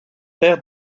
père